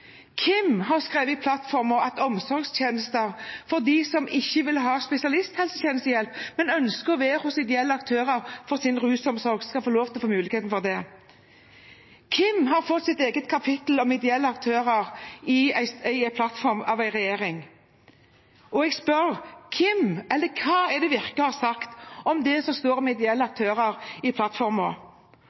Hvem har skrevet i plattformen at omsorgstjenester for dem som ikke vil ha spesialisthelsetjenestehjelp, men ønsker å være hos ideelle aktører for sin rusomsorg, skal få lov til å få muligheten til det? Hvem har fått sitt eget kapittel om ideelle aktører i en regjeringsplattform? Og jeg spør: Hva har Virke sagt om det som står om ideelle aktører i